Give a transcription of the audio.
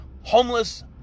homeless